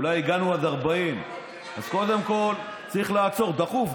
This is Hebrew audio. אולי הגענו עד 40. אז קודם כול צריך לעצור דחוף,